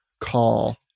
call